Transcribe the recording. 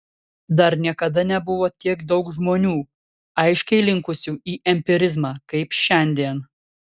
dar niekada nebuvo tiek daug žmonių aiškiai linkusių į empirizmą kaip šiandien